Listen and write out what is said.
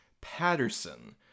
Patterson